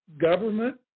government